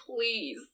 please